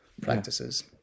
practices